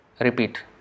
repeat